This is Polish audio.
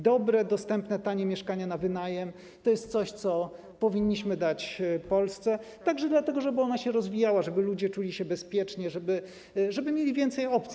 Dobre, dostępne, tanie mieszkania na wynajem to jest coś, co powinniśmy dać Polsce także dlatego, żeby się rozwijała, żeby ludzie czuli się bezpiecznie, żeby mieli więcej opcji.